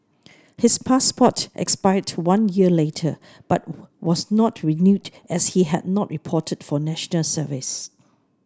his passport expired one year later but were was not renewed as he had not reported for National Service